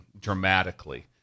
dramatically